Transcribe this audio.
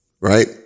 Right